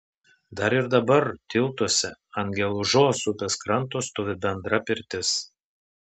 dar ir dabar tiltuose ant gelužos upės kranto stovi bendra pirtis